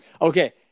Okay